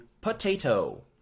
POTATO